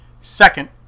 Second